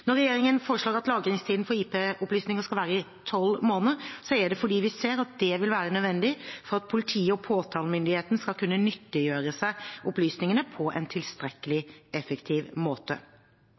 Når regjeringen foreslår at lagringstiden for IP-opplysninger skal være tolv måneder, er det fordi vi ser at det vil være nødvendig for at politiet og påtalemyndigheten skal kunne nyttiggjøre seg opplysningene på en tilstrekkelig effektiv måte.